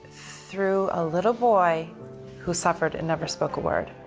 through a little boy who suffered and never spoke a word.